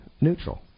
neutral